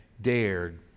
dared